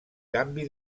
canvi